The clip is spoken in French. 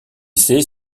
sait